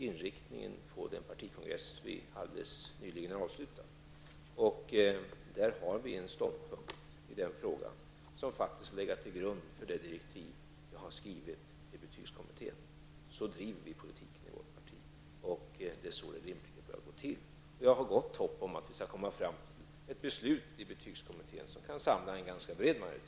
Vid den partikongress vi alldeles nyligen avslutat har jag egenhändigt föredragit frågan och angett inriktningen. Vår ståndpunkt i den frågan har legat till grund för de direktiv jag givit till betygskommittén. Det är så vi driver politiken i vårt parti, och det är så det rimligen bör gå till. Jag har gott hopp om att betygskommittén skall komma fram till ett beslut som kan samla en ganska bred majoritet.